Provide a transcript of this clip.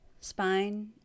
spine